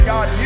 God